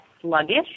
sluggish